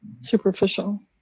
Superficial